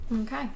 Okay